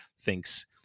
thinks